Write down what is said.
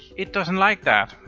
it doesn't like that.